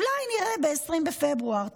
אולי נראה ב-20 בפברואר תקציב.